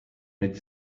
mit